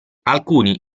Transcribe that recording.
alcuni